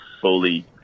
fully